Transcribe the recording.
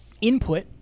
input